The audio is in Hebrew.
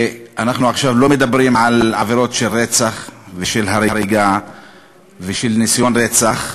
אנחנו לא מדברים עכשיו על עבירות של רצח ושל הריגה ושל ניסיון רצח,